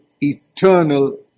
eternal